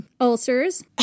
Ulcers